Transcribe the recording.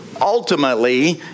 ultimately